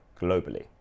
globally